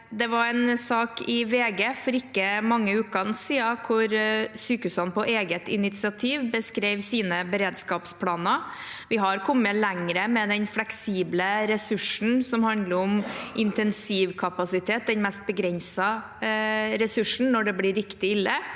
Det var en sak i VG for ikke mange ukene siden, hvor sykehusene på eget initiativ beskrev sine beredskapsplaner. Vi har kommet lenger med den fleksible ressursen som handler om intensivkapasitet, som er den mest begrensede ressursen når det blir riktig ille.